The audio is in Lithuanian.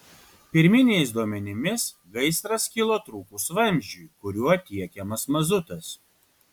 pirminiais duomenimis gaisras kilo trūkus vamzdžiui kuriuo tiekiamas mazutas